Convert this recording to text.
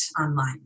online